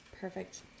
Perfect